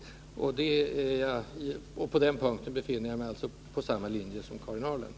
Därvidlag befinner jag mig på samma linje som Karin Ahrland.